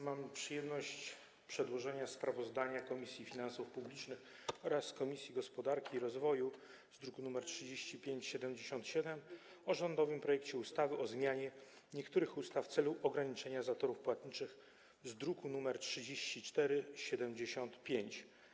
Mam przyjemność przedłożenia sprawozdania Komisji Finansów Publicznych oraz Komisji Gospodarki i Rozwoju, z druku nr 3577, o rządowym projekcie ustawy o zmianie niektórych ustaw w celu ograniczenia zatorów płatniczych, z druku nr 3475.